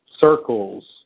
circles